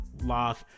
lock